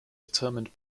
determined